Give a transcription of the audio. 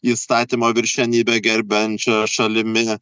įstatymo viršenybę gerbiančia šalimi